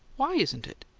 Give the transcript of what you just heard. why isn't it?